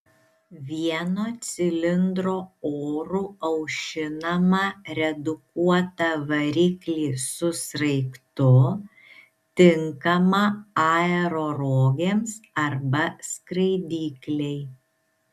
vieno cilindro oru aušinamą redukuotą variklį su sraigtu tinkamą aerorogėms arba skraidyklei